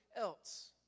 else